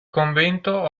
convento